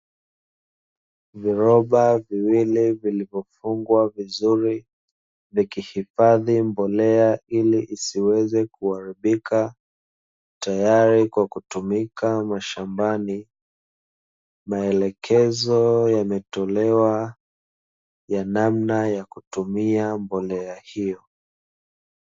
Viroba viwili vilivyofungwa vizuri, zikihifadhi mbolea ili isiweze kuharibika, tayari kwa kutumika mashambani. Maelekezo yametolewa ya namna ya kutumia mbolea hiyo